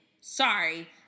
Sorry